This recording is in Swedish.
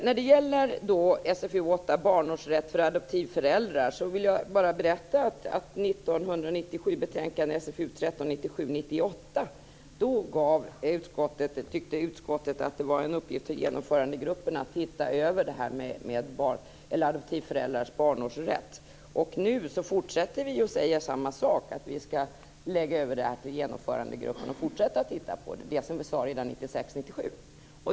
När det gäller SfU8 och barnårsrätt för adoptivföräldrar vill jag berätta att i betänkande 1997 97.